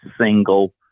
single